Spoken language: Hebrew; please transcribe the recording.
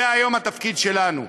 היום זה התפקיד שלנו.